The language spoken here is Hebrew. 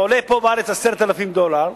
פה בארץ זה עולה 10,000 דולר,